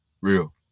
real